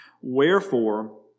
Wherefore